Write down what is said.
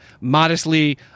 modestly